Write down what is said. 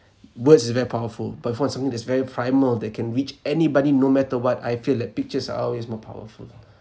words is very powerful but for something that's very primal they can reach anybody no matter what I feel that pictures are always more powerful